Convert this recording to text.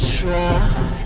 try